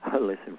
listen